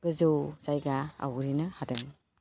गोजौ जायगा आवग्रिनो हादों